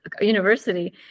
university